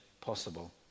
possible